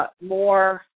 more